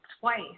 Twice